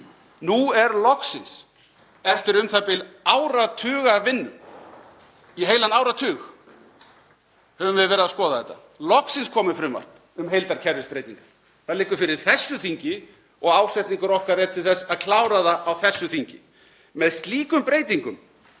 Nú er loksins, eftir u.þ.b. áratugarvinnu — í heilan áratug höfum við verið að skoða þetta — komið frumvarp um heildarkerfisbreytingar. Það liggur fyrir þessu þingi og ásetningur okkar er til þess að klára það á þessu þingi. Með slíkum breytingum